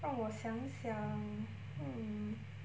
让我想想 hmm